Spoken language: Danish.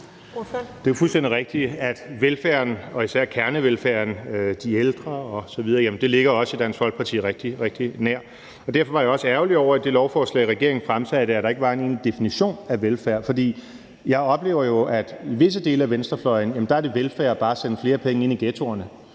Det er jo fuldstændig rigtigt, at velfærden og især kernevelfærden, de ældre osv., ligger os i Dansk Folkeparti rigtig, rigtig nært. Derfor var jeg også ærgerlig over, at der i det lovforslag, regeringen fremsatte, ikke var en definition af velfærd. Jeg oplever, at for visse dele af venstrefløjen er det velfærd bare at sende flere penge ind i ghettoerne,